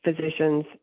physicians